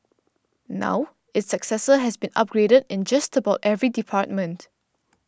now its successor has been upgraded in just about every department